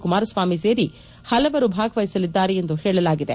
ಕುಮಾರಸ್ವಾಮಿ ಸೇರಿ ಪಲವರು ಭಾಗವಹಿಸಲಿದ್ದಾರೆ ಎಂದು ಹೇಳಲಾಗಿದೆ